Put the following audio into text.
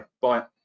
Bye